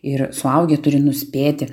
ir suaugę turi nuspėti